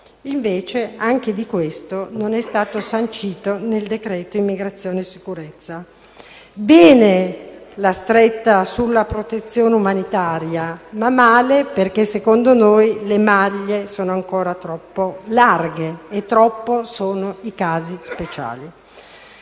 neanche questo è stato sancito nel decreto immigrazione e sicurezza. Positiva è la stretta sulla protezione umanitaria, ma secondo noi le maglie sono ancora troppo ampie e troppi sono i casi speciali.